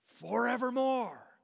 forevermore